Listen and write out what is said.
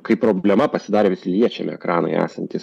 kaip problema pasidarė liečiami ekranai esantys